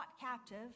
captive